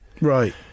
Right